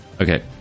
Okay